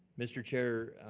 mr. chair,